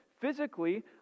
Physically